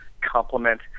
complement